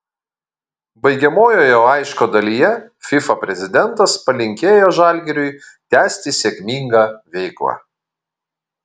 baigiamojoje laiško dalyje fifa prezidentas palinkėjo žalgiriui tęsti sėkmingą veiklą